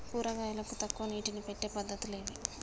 కూరగాయలకు తక్కువ నీటిని పెట్టే పద్దతులు ఏవి?